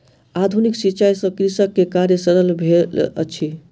आधुनिक सिचाई से कृषक के कार्य सरल भेल अछि